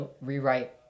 rewrite